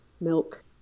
milk